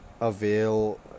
avail